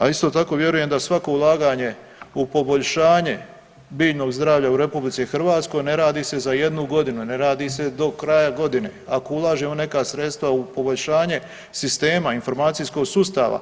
A isto tako vjerujem da svako ulaganje u poboljšanje biljnog zdravlja u RH ne radi se za jednu godinu, ne radi se do kraja godine, ako ulažemo neka sredstva u poboljšanje sistema, informacijskog sustava,